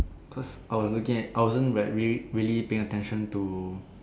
cos I was looking at I wasn't re` really really paying attention to